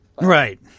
Right